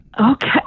Okay